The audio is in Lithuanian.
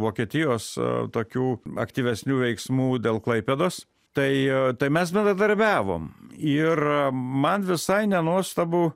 vokietijos tokių aktyvesnių veiksmų dėl klaipėdos tai tai mes bendradarbiavom ir man visai nenuostabu